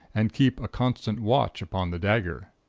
and keep a constant watch upon the dagger.